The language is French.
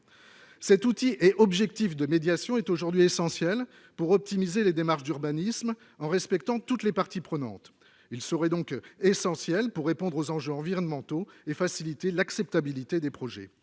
Cet outil de médiation est aujourd'hui essentiel pour optimiser les démarches d'urbanisme, en respectant toutes les parties prenantes. Il serait essentiel pour répondre aux enjeux environnementaux et faciliter l'acceptabilité des projets.